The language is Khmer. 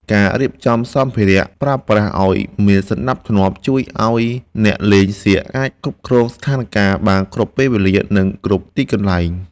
ការរៀបចំសម្ភារៈប្រើប្រាស់ឱ្យមានសណ្តាប់ធ្នាប់ជួយឱ្យអ្នកលេងសៀកអាចគ្រប់គ្រងស្ថានការណ៍បានគ្រប់ពេលវេលា និង គ្រប់ទីកន្លែង។